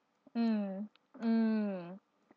mm mm